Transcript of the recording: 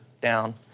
down